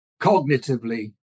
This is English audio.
cognitively